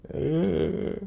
ah